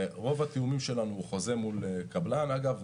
ורוב התיאומים שלנו חוזה מול קבלן אגב,